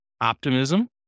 Optimism